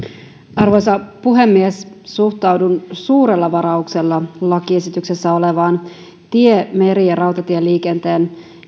arvoisa puhemies suhtaudun suurella varauksella lakiesityksessä olevaan tie meri ja rautatieliikenteen